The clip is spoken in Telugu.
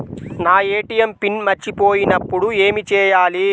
నా ఏ.టీ.ఎం పిన్ మర్చిపోయినప్పుడు ఏమి చేయాలి?